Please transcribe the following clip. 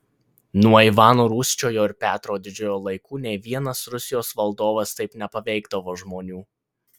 nuo ivano rūsčiojo ir petro didžiojo laikų nė vienas rusijos valdovas taip nepaveikdavo žmonių